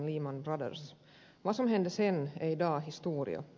vad som hände sedan är i dag historia